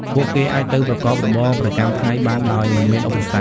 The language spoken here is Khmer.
ពួកគេអាចទៅប្រកបរបរប្រចាំថ្ងៃបានដោយមិនមានឧបសគ្គ។